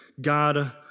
God